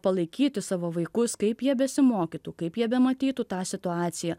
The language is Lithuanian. palaikyti savo vaikus kaip jie besimokytų kaip jie bematytų tą situaciją